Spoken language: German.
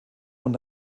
und